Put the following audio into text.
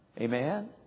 Amen